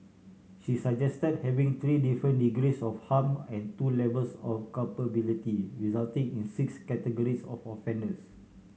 she suggested having three different degrees of harm and two levels of culpability resulting in six categories of offenders